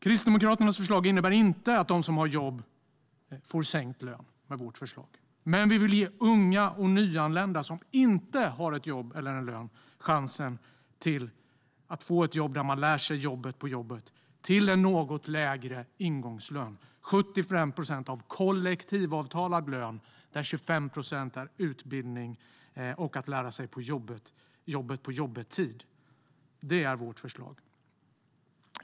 Kristdemokraternas förslag innebär inte att de som har jobb får sänkt lön, men vi vill ge unga och nyanlända som inte har jobb eller lön chansen att få ett jobb där de lär sig jobbet på jobbet till en något lägre ingångslön: 75 procent av kollektivavtalad lön, där 25 procent är utbildning och lära-sig-jobbet-på-jobbet-tid. Det är vårt förslag.